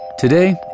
Today